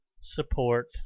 support